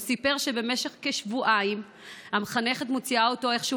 הוא סיפר שבמשך כשבועיים המחנכת מוציאה אותו מהכיתה איך שהוא